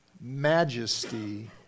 majesty